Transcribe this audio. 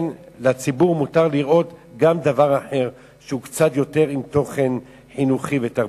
לציבור מותר לראות גם דבר אחר שהוא קצת יותר עם תוכן חינוכי ותרבותי.